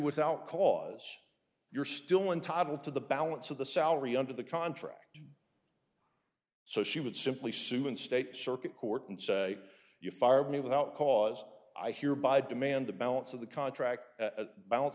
without cause you're still entitled to the balance of the salary under the contract so she would simply suman state circuit court and say you fired me without cause i hereby demand the balance of the contract at balance